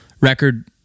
record